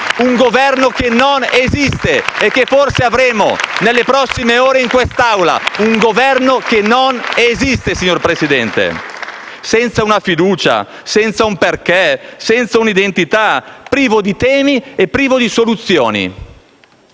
Un Governo che non esiste e che forse avremo nelle prossime ore in quest'Aula, un Governo che non esiste signor Presidente, senza una fiducia, senza un perché, senza un'identità, privo di temi e privo di soluzioni.